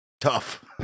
Tough